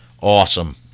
Awesome